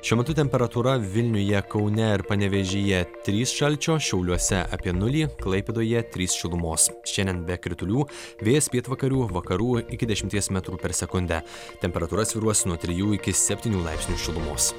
šiuo metu temperatūra vilniuje kaune ir panevėžyje trys šalčio šiauliuose apie nulį klaipėdoje trys šilumos šiandien be kritulių vėjas pietvakarių vakarų iki dešimties metrų per sekundę temperatūra svyruos nuo trijų iki septynių laipsnių šilumos